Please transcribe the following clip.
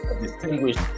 distinguished